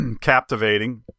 captivating